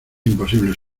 imposible